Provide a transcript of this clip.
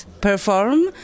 perform